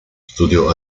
studiò